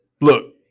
Look